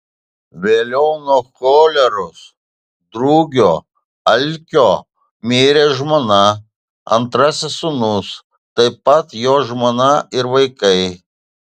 vėliau nuo choleros drugio alkio mirė žmona antrasis sūnus taip pat jo žmona ir vaikai